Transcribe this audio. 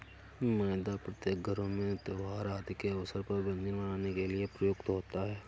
मैदा प्रत्येक घरों में त्योहार आदि के अवसर पर व्यंजन बनाने के लिए प्रयुक्त होता है